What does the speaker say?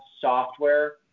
software